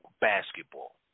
basketball